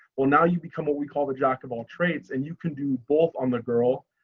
well, now you become what we call the jack of all trades. and you can do both on the girl.